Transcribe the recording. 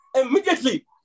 immediately